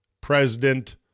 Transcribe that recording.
President